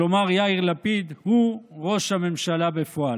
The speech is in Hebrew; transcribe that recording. כלומר יאיר לפיד, הוא ראש הממשלה בפועל.